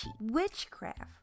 witchcraft